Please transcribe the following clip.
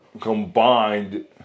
combined